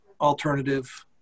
alternative